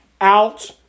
out